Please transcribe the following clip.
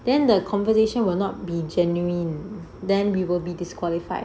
then the conversation will not be genuine then we will be disqualified